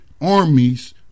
armies